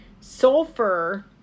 Sulfur